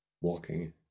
walking